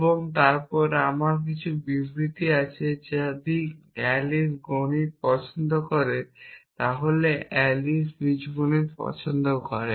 এবং তারপর আমার একটি বিবৃতি আছে যদি অ্যালিস গণিত পছন্দ করে তাহলে অ্যালিস বীজগণিত পছন্দ করে